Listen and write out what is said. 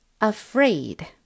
Afraid